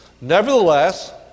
Nevertheless